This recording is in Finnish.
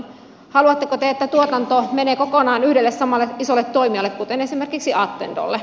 haluatteko te että tuotanto menee kokonaan yhdelle samalle isolle toimijalle kuten esimerkiksi attendolle